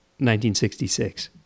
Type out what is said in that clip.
1966